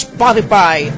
Spotify